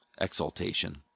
exaltation